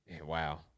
wow